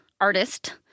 artist